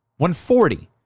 140